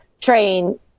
train